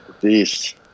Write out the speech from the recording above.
Beast